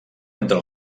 entre